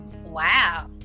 Wow